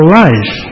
life